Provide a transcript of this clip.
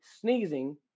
sneezing